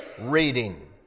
reading